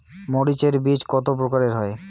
মরিচ এর বীজ কতো প্রকারের হয়?